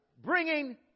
bringing